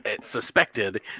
suspected